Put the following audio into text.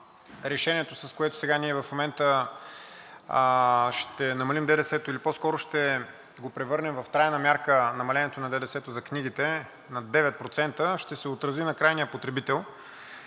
решението, с което сега ще намалим ДДС-то или по-скоро ще го превърнем в трайна мярка, намалението на ДДС-то за книгите на 9%, ще се отрази на крайния потребител.